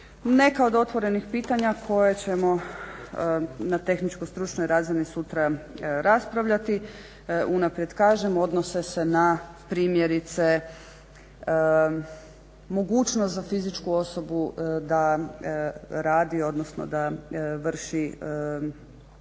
Neka od otvornih pitanja koje ćemo na tehničko-stručnoj razini sutra raspravljati, unaprijed kažem, odnose se na primjerice mogućnost za fizičku osobu da radi, odnosno da vrši dio koji